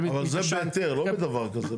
אבל זה בהיתר, לא בדבר כזה.